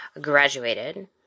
graduated